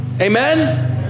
Amen